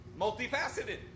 multifaceted